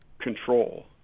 control